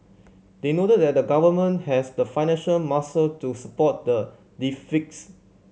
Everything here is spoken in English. they noted that the Government has the financial muscle to support the deficits